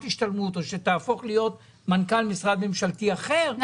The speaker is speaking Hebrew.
השתלמות או תהפוך להיות מנכ"ל משרד ממשלתי אחר,